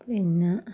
പിന്നെ